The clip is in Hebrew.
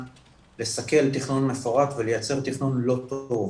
לסכל תכנון מפורט ולייצר תכנון לא טוב,